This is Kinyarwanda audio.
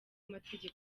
amategeko